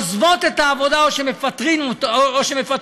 עוזבות את העבודה או שמפטרים אותן,